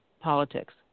politics